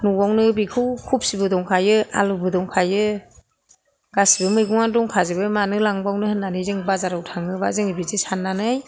न'आवनो बेखौ खफिबो दंखायो आलुबो दंखायो गासिबो मैगंआनो दंखाजोबो मानो लांबावनो होन्नानै जों बाजाराव थाङोबा जोङो बिदि साननानै